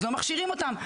אז לא מכשירים אותן.